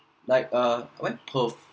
like err I went perth